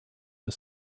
the